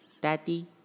Daddy